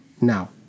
now